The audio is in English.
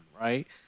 right